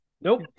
Nope